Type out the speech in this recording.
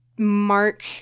mark